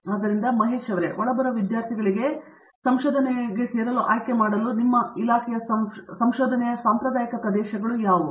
ಆದ್ದರಿಂದ ಮಹೇಶ್ ಒಳಬರುವ ವಿದ್ಯಾರ್ಥಿಗಳಿಗೆ ಸೇರಲು ಆಯ್ಕೆ ಇರುವ ನಿಮ್ಮ ಇಲಾಖೆಯ ಸಂಶೋಧನೆಯ ಸಾಂಪ್ರದಾಯಿಕ ಪ್ರದೇಶಗಳು ಯಾವುವು